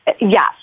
Yes